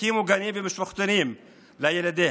תקימו גנים ומשפחתונים לילדים,